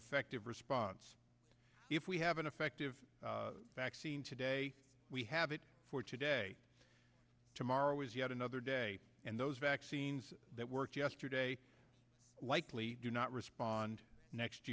effective response if we have an effective vaccine today we have it for today tomorrow is yet another day and those vaccines that work yesterday likely do not respond next